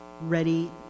ready